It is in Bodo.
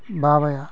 बाबाया